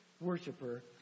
worshiper